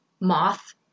moth